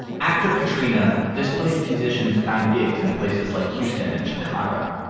after katrina, displaced musicians found gigs in places like houston and chicago,